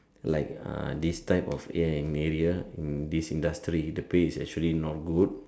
like uh this type of a and area in this industry the pay is actually not good